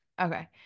Okay